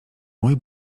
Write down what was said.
mój